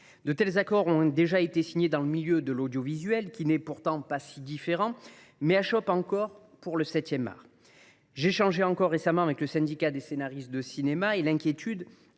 de tels accords ont déjà été signés dans le milieu de l’audiovisuel, qui n’est pourtant pas si différent, leur conclusion achoppe encore pour le septième art. J’échangeais encore récemment avec le syndicat des scénaristes de cinéma. L’inquiétude